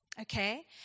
okay